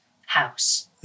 house